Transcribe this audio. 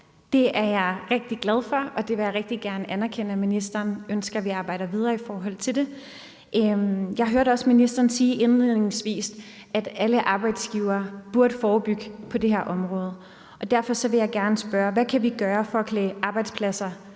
Det er jeg rigtig glad for, og det vil jeg rigtig gerne anerkende at ministeren ønsker at vi arbejder videre med. Jeg hørte også ministeren sige indledningsvis, at alle arbejdsgivere burde forebygge på det her område. Derfor vil jeg gerne spørge: Hvad kan vi gøre for at klæde arbejdspladserne